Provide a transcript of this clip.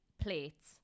plates